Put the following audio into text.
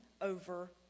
over